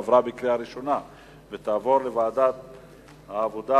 לוועדת העבודה,